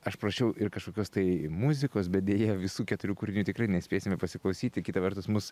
aš prašiau ir kažkokios tai muzikos bet deja visų keturių kūrinių tikrai nespėsime pasiklausyti kita vertus mus